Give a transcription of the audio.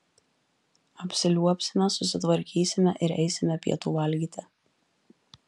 apsiliuobsime susitvarkysime ir eisime pietų valgyti